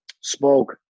spoke